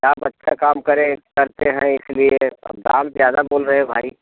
आप अच्छा काम करें करते हैं इसी लिए अब दाम ज़्यादा बोल रहे हैं भाई